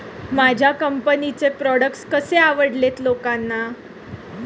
माझ्या कंपनीचे प्रॉडक्ट कसे आवडेल लोकांना?